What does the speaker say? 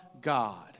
God